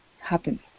happen